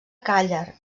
càller